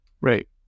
Right